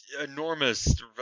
enormous